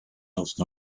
else